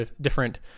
different